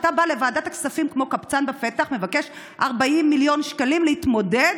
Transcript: כשאתה בא לוועדת כספים כמו קבצן בפתח ומבקש 40 מיליון שקלים להתמודד